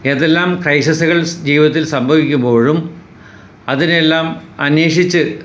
ഏതെല്ലാം കൈസസകൾ ജീവിതത്തിൽ സംഭവിക്കുമ്പോഴും അതിനെയെല്ലാം അന്വേഷിച്ച്